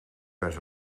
werd